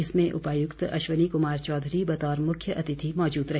इसमें उपायुक्त अश्वनी कुमार चौधरी बतौर मुख्य अतिथि मौजूद रहे